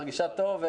מרגישה טוב?